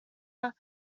are